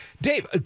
Dave